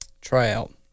tryout